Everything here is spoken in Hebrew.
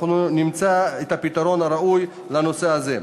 אנחנו נמצא את הפתרון הראוי לנושא הזה.